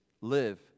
live